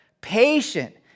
patient